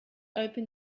open